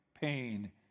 pain